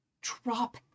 drop